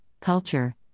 Culture